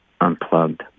unplugged